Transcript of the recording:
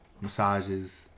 Massages